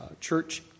church